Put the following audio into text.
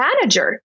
manager